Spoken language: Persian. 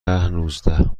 نوزده